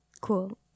Cool